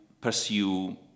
pursue